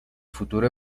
futuro